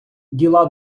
діла